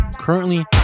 Currently